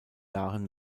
jahren